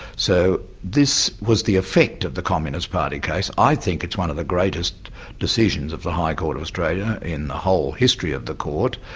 so this was the effect of the communist party case i think it's one of the greatest decisions of the high court of australia in the whole history of the court.